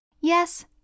Yes